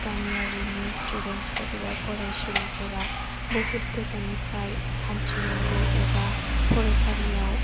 गामियारिनि स्टुदेन्टसफोर एबा फरायसुलिफोरा बुहुत गोजाननिफ्राय हान्थिनांगौ एबा फरायसालियाव